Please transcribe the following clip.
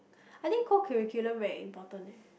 I think cocurricular very important